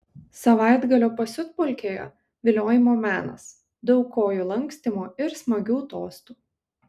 savaitgalio pasiutpolkėje viliojimo menas daug kojų lankstymo ir smagių tostų